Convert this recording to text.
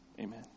Amen